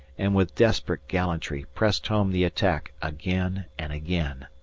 and with desperate gallantry pressed home the attack again and again.